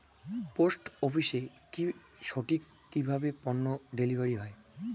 Post অফিসে কি সঠিক কিভাবে পন্য ডেলিভারি হয়?